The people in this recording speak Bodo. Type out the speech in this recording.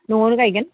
न'आवनो गायगोन